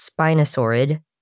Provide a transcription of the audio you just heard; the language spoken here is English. Spinosaurid